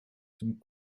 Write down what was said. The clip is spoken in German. zum